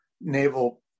naval